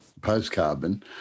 post-carbon